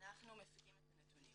אנחנו מפיקים את הנתונים